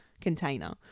container